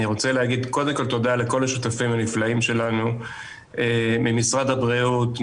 אני רוצה להגיד קודם כל תודה לכל השותפים הנפלאים שלנו ממשרד הבריאות,